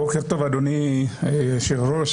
בוקר טוב אדוני היושב-ראש,